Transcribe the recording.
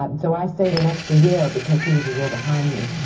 um so, i stayed an extra year because he was a year behind me.